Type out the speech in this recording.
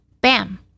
Bam